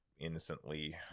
innocently